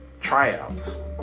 tryouts